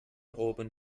auburn